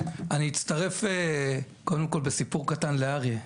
אני אצטרף קודם כל בסיפור קטן לאריה,